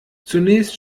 zunächst